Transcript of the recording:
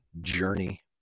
journey